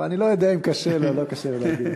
ואני לא יודע אם קשה לו או לא קשה לו להגיד.